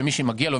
למי שמגיע לו,